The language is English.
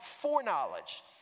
foreknowledge